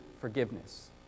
forgiveness